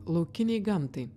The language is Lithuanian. laukinei gamtai